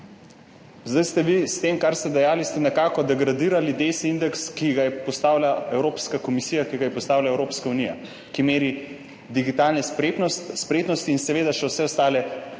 Zdaj ste vi s tem, kar ste dejali, nekako degradirali DESI indeks, ki ga je postavila Evropska komisija, ki ga je postavila Evropska unija, ki meri digitalne spretnosti in seveda še vse ostale